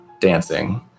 dancing